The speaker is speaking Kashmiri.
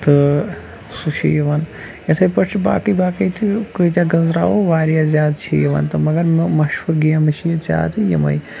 تہٕ سُہ چھُ یِوان یِتھٕے پٲٹھۍ چھِ باقٕے باقٕے تہِ کۭتیاہ گٕنٛزراوو واریاہ زیادٕ چھِ یِوان تہٕ مگر مشہوٗر گیم چھِ ییٚتہِ زیادٕ یِمٕے